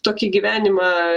tokį gyvenimą